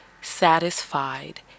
satisfied